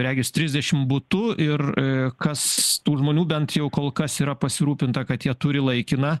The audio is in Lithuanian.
regis trisdešimt butų ir kas tų žmonių bent jau kol kas yra pasirūpinta kad jie turi laikiną